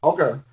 Okay